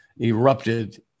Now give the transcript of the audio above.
erupted